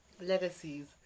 legacies